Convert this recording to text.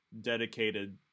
dedicated